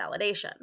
validation